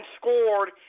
scored